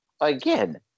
again